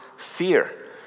fear